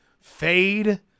fade